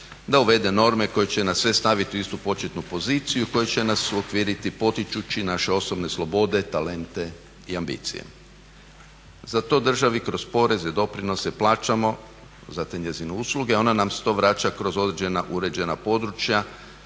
da uvede norme koje će nas sve staviti u istu početnu poziciji, koji će nas uokviriti potičući naše osobne slobode, talente i ambicije. Za to državi kroz poreze, doprinose plaćamo za te njezine usluge, a ona nam to vraća kroz određena uređena područja